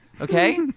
Okay